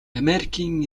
америкийн